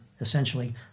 Essentially